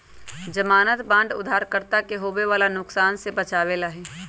ज़मानत बांड उधारकर्ता के होवे वाला नुकसान से बचावे ला हई